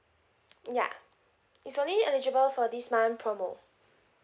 ya it's only eligible for this month promo